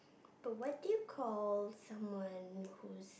but what do you call someone who's